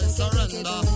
surrender